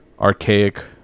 archaic